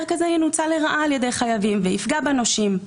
כזה ינוצל לרעה על-ידי חייבים ויפגע בנושים.